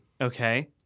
Okay